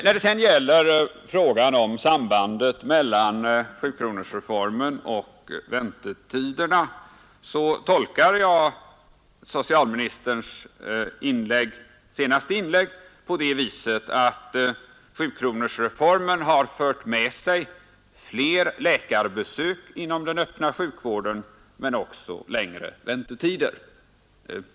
När det gäller frågan om sambandet mellan sjukronorsreformen och väntetiderna tolkar jag socialministerns senaste inlägg på det sättet, att sjukronorsreformen fört med sig fler läkarbesök inom den öppna vården men också längre väntetider.